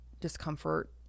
discomfort